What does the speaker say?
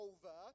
Over